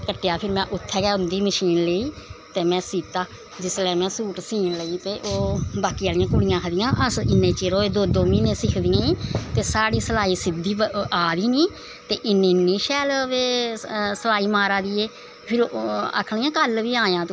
कट्टेआ फिर उत्थें गै में उंदी मशीन लेई ते में सीता जिसलै में सूट सीन लगी ते बाकी आह्लियां कुड़ियां आखन लगियां असैं इन्ना इन्ना चिर होया दो दो म्हीनें सिखदियें ते साढ़ा सलाई सिध्दी आ दी नी ते इन्नी इन्नी शैल सलाई मारा दी एह् फिर आखन लगियां कल बी आयां तूं